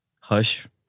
Hush